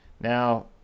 Now